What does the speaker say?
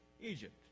Egypt